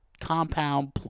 compound